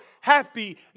happy